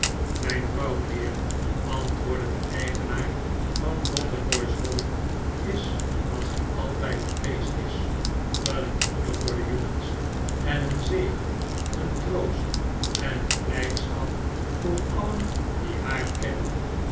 mijn vrouw mijnheer antwoordde de eigenaar van dotheboys hall is wat zij altijd geweest is een moeder voor de jongens en een zegen een troost en een blijdschap voor alien die haar kennen